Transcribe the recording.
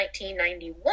1991